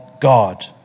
God